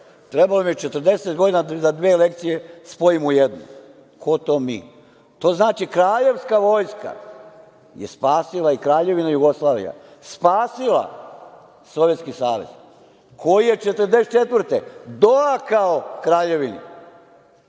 Trebalo mi je 40 godina da dve lekcije spojim u jednu. Ko to mi? To znači kraljevska vojska je spasila i Kraljevina Jugoslavija je spasila Sovjetski savez, koji je 1944. godine doakao Kraljevini,